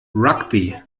rugby